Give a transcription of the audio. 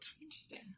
interesting